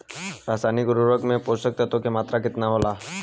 रसायनिक उर्वरक मे पोषक तत्व के मात्रा केतना होला?